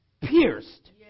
pierced